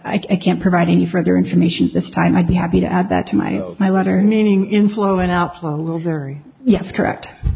i can't provide any further information at this time i'd be happy to add that to my my letter meaning inflow and outflow very yes correct